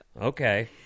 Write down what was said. Okay